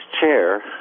chair